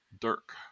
Dirk